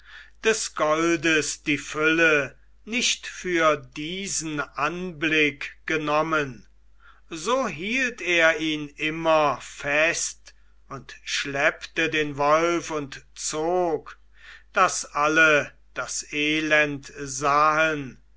des goldes die fülle nicht für diesen anblick genommen so hielt er ihn immer fest und schleppte den wolf und zog daß alle das elend sahen